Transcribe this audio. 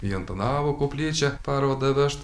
į antanavo koplyčią parodą vežt